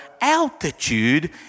altitude